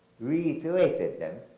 reiterated them